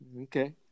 Okay